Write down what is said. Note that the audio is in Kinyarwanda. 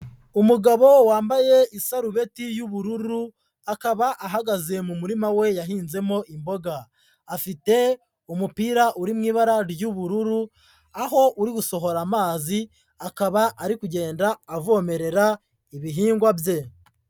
Umugabo wambaye isarubeti y'ubururu, akaba ahagaze mu murima we yahinzemo imboga. Afite umupira uri mu ibara ry'ubururu, aho uri gusohora amazi, akaba ari kugenda avomerera ibihingwa bye.